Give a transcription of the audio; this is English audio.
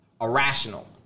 irrational